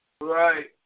Right